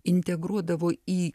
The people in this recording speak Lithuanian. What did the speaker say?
integruodavo į